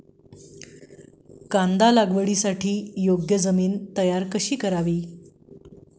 कांदा लागवडीसाठी योग्य जमीन तयार कशी करावी?